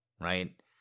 right